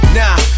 now